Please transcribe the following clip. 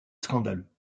scandaleux